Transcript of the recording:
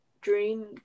dream